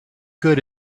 good